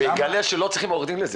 הוא יגלה שלא צריך עורך דין לזה,